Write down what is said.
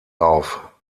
auf